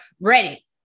ready